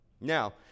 Now